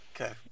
Okay